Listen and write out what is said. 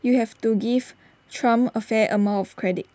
you have to give Trump A fair amount of credit